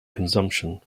consumption